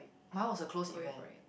going for it